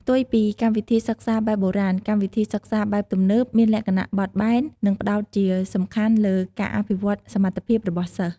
ផ្ទុយពីកម្មវិធីសិក្សាបែបបុរាណ កម្មវិធីសិក្សាបែបទំនើប មានលក្ខណៈ បត់បែន និងផ្តោតជាសំខាន់លើ ការអភិវឌ្ឍសមត្ថភាព របស់សិស្ស។